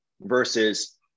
versus